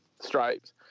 stripes